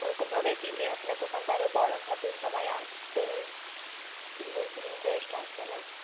ওরকমভাবে দিলে আপনার দোকানটা আরও বড় হবে সবাই আসবে বেশি ইন্টারেস্ট আসবে না